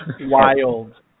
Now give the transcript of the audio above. wild